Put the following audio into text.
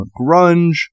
grunge